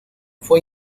fue